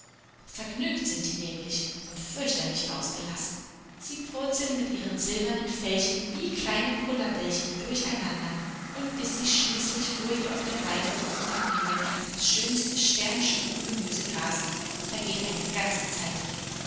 vergnügt sind die nämlich und fürchterlich ausgelassen sie purzeln mit ihren silbernen fellchen wie kleine kullerbällchen durcheinander und bis sie schließlich ruhig auf der weide oben am himmel das schöne sternschnuppengemüse grasen vergeht eine ganze zeit